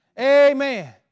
Amen